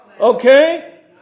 Okay